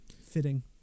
fitting